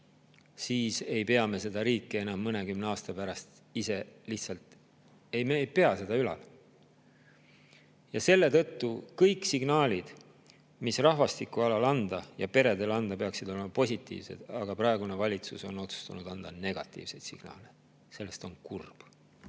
siis ei pea me seda riiki enam mõnekümne aasta pärast ise lihtsalt ülal. Selle tõttu kõik signaalid, mis rahvastiku alal anda, peredele anda, peaksid olema positiivsed, aga praegune valitsus on otsustanud anda negatiivseid signaale. Sellest on kurb.